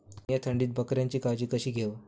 मीया थंडीत बकऱ्यांची काळजी कशी घेव?